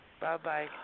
Bye-bye